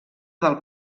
del